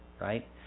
right